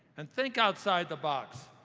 and think outside the box.